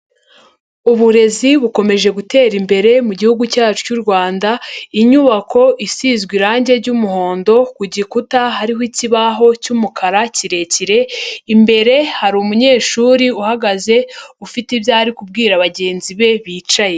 Uburezi bukomeje gutera imbere mu gihugu cyacu cy'u Rwanda, inyubako isizwe irangi ry'umuhondo, ku gikuta hariho ikibaho cy'umukara kirekire, imbere hari umunyeshuri uhagaze, ufite ibyo ari kubwira bagenzi be bicaye.